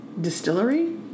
distillery